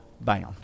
bound